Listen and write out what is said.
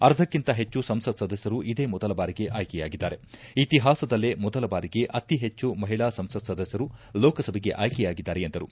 ಅರ್ಧಕ್ಕಿಂತ ಹೆಚ್ಚು ಸಂಸತ್ ಸದಸ್ಯರು ಇದೇ ಮೊದಲ ಬಾರಿಗೆ ಆಯ್ಲೆಯಾಗಿದ್ದಾರೆ ಇತಿಹಾಸದಲ್ಲೇ ಮೊದಲ ಬಾರಿಗೆ ಅತಿ ಹೆಚ್ಚು ಮಹಿಳಾ ಸಂಸತ್ ಸದಸ್ನರು ಲೋಕಸಭೆಗೆ ಆಯ್ತೆಯಾಗಿದ್ದಾರೆ ಎಂದರು